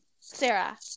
Sarah